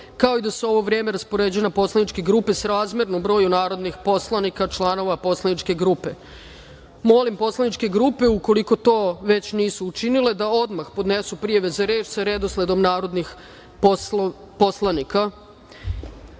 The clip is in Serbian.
kao i da se ovo vreme raspoređuje na poslaničke grupe srazmerno broju narodnih poslanika članova poslaničke grupe. Molim poslaničke grupe, ukoliko to već nisu učinile, da odmah podnesu prijave za reč sa redosledom narodnih poslanika. Saglasno